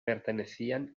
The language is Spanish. pertenecían